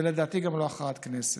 ולדעתי גם לא הכרעת הכנסת.